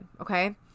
okay